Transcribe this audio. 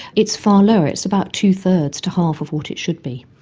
it's far lower, it's about two-thirds to half of what it should be.